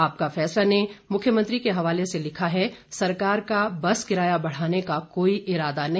आपका फैसला ने मुख्यमंत्री के हवाले से लिखा है सरकार का बस किराया बढ़ाने का कोई इरादा नहीं